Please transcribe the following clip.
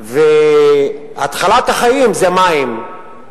והתחלת החיים זה מים,